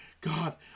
God